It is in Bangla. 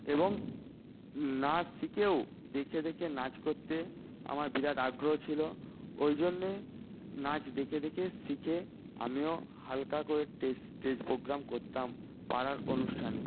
এবং নাচ শিখেও দেখে দেখে নাচ করতে আমার বিরাট আগ্রহ ছিল ওই জন্যে নাচ দেখে দেখে শিখে আমিও হালকা করে টেস স্টেজ প্রোগ্রাম করতাম পাড়ার অনুষ্ঠানে